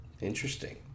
Interesting